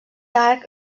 arc